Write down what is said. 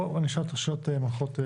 אני אשאל אותך שאלות מנחות.